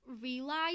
realize